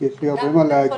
יש לי הרבה מה להגיד.